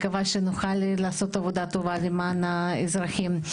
מקווה שנוכל לעשות עבודה טובה למען האזרחים.